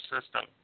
system